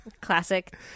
Classic